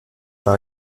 par